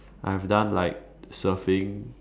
I have done like surfing